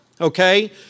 okay